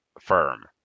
firm